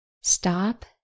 Stop